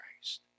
Christ